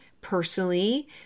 personally